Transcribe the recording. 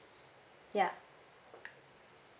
ya